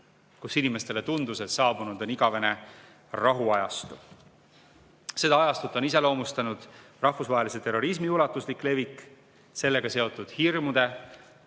kus inimestele tundus, et saabunud on igavene rahuajastu. Seda ajastut on iseloomustanud rahvusvahelise terrorismi ulatuslik levik, sellega seotud hirmude